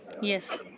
Yes